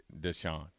Deshaun